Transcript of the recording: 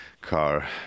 car